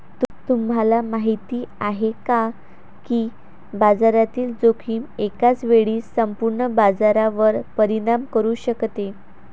तुम्हाला माहिती आहे का की बाजारातील जोखीम एकाच वेळी संपूर्ण बाजारावर परिणाम करू शकते?